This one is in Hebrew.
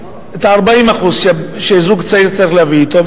את ה-40% שזוג צעיר צריך להביא אתו,